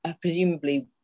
presumably